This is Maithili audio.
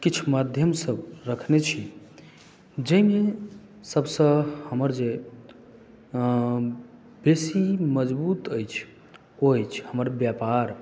किछु माध्यम सभ रखने छी जाहिमे सबसॅं हमर जे बेसी मजबूत अछि ओ अछि हमर व्यापार